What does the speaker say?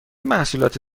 محصولات